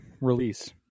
release